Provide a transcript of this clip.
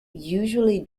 usually